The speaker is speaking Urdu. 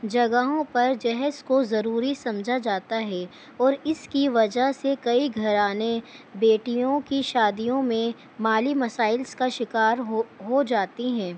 جگہوں پر جہیز کو ضروری سمجھا جاتا ہے اور اس کی وجہ سے کئی گھرانے بیٹیوں کی شادیوں میں مالی مسائل کا شکار ہو ہو جاتی ہیں